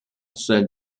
celle